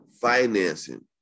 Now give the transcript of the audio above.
financing